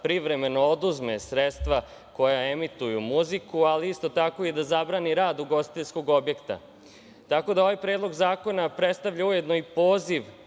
privremeno oduzme sredstva koja emituju muziku, ali isto tako i da zabrani rad ugostiteljskog objekta. Ovaj Predlog zakona predstavlja ujedno i poziv